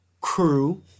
crew